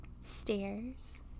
stairs